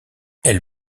elle